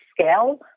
scale